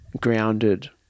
grounded